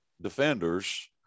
defenders